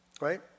Right